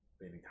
baby